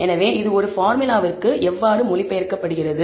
எனவே இது ஒரு பார்முலாவிற்கு எவ்வாறு மொழிபெயர்க்கப்படுகிறது